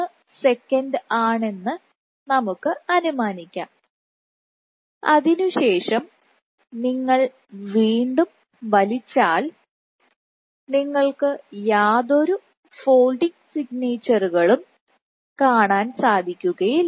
1 second ആണെന്ന് നമുക്ക് അനുമാനിക്കാം അതിനുശേഷം നിങ്ങൾ വീണ്ടും വലിച്ചാൽ നിങ്ങൾക്കു യാതൊരു ഫോൾഡിങ് സിഗ്നേച്ചറുകളും കാണാൻ സാധിക്കില്ല